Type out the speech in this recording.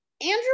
Andrew